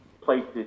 places